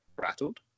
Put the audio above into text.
rattled